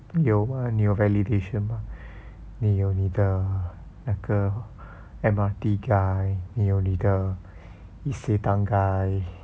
有吗你有 validation mah 你有你的那个 M_R_T guy 你有你的 Isetan guy